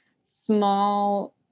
small